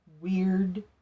weird